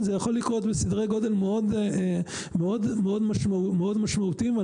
לקרות בסדרי גודל משמעותיים מאוד.